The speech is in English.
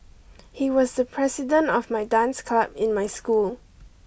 he was the president of my dance club in my school